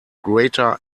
greater